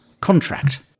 contract